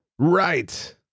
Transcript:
Right